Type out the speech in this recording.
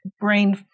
brain